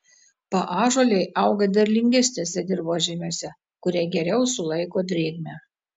paąžuoliai auga derlingesniuose dirvožemiuose kurie geriau sulaiko drėgmę